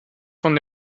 von